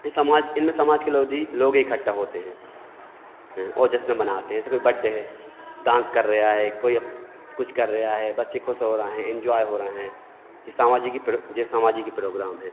ये समाज इनमें समाज के लोग इकट्ठा होते हैं और जश्न मानते हैं जैसे कोई बड्डे है डांस कर रहा है कोई कुछ कर रहा है बच्चे ख़ुश हो रहे हैं इन्जॉय हो रहे हैं ये सामाजिक ही ये सामाजिक ही प्रोग्राम हैं